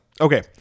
Okay